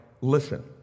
Listen